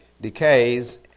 decays